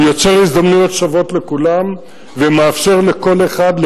הוא יוצר הזדמנויות שוות לכולם ומאפשר לכל אחד,